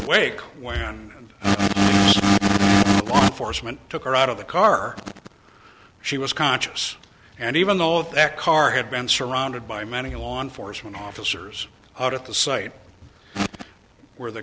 foresman took her out of the car she was conscious and even though that car had been surrounded by many law enforcement officers out at the site where the